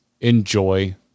enjoy